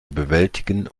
bewältigen